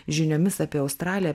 žiniomis apie australiją